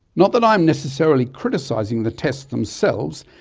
not that i am necessarily criticising the tests themselves,